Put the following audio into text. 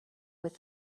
with